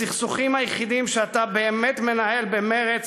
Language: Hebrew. הסכסוכים היחידים שאתה באמת מנהל במרץ